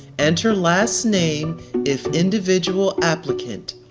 enter last name if individual applicant,